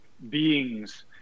beings